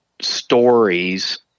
stories